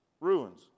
Ruins